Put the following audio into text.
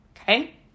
Okay